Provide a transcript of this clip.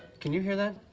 can you hear that?